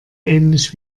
ähnlich